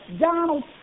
Donald